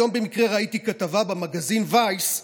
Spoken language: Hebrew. היום במקרה ראיתי כתבה במגזין Vice,